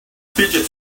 fidget